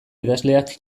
idazleak